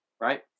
Right